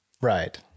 Right